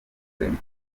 clement